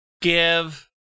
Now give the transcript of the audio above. Give